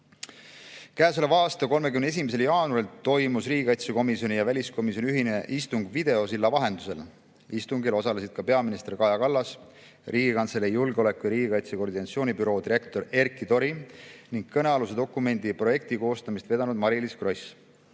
Käesoleva aasta 31. jaanuaril toimus riigikaitsekomisjoni ja väliskomisjoni ühine istung videosilla vahendusel. Istungil osalesid ka peaminister Kaja Kallas, Riigikantselei julgeoleku ja riigikaitse koordinatsioonibüroo direktor Erkki Tori ning kõnealuse dokumendi projekti koostamist vedanud Mariliis Gross.